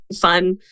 fun